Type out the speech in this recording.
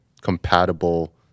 compatible